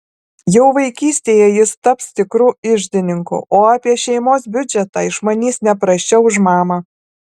jau vaikystėje jis taps tikru iždininku o apie šeimos biudžetą išmanys ne prasčiau už mamą